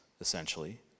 essentially